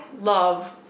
love